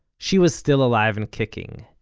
she was still alive and kicking,